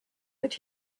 that